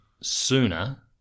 sooner